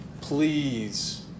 please